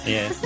Yes